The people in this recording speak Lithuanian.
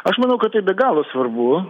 aš manau kad tai be galo svarbu